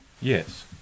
Yes